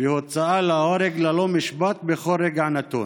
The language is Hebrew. והוצאה להורג ללא משפט בכל רגע נתון.